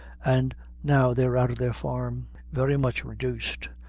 and now they're out of their farm, very much reduced,